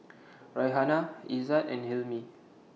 Raihana Izzat and Hilmi